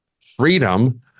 freedom